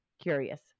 curious